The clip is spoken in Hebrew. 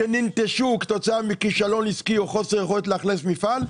שננטשו כתוצאה מכישלון עסקי או מחוסר יכולת לאכלס מפעל,